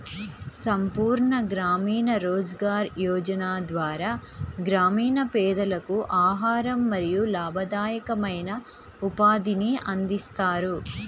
సంపూర్ణ గ్రామీణ రోజ్గార్ యోజన ద్వారా గ్రామీణ పేదలకు ఆహారం మరియు లాభదాయకమైన ఉపాధిని అందిస్తారు